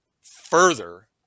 further